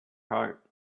heart